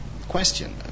question